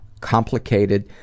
complicated